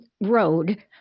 road